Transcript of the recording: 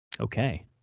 Okay